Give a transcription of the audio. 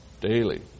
daily